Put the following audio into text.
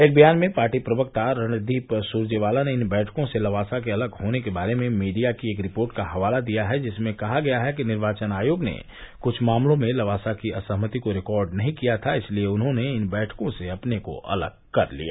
एक ब्यान में पार्टी प्रवक्ता रणदीप सुरेजवाला ने इन बैठकों से लवासा के अलग होने के बारे में मीडिया की एक रिपोर्ट का हवाला दिया है जिसमें कहा गया है कि निर्वाचन आयोग ने कृष्ठ मामलों में लवास की असहमति को रिकॉर्ड नही किया इसलिए उन्होंने इन बैठकों से अपने को अलग कर लिया